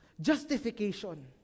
justification